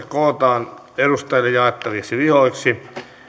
kootaan edustajille jaettaviksi vihoiksi